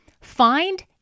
find